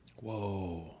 Whoa